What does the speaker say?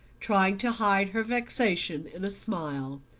trying to hide her vexation in a smile.